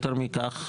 יותר מכך,